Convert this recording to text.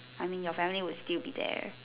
I mean your family would still be there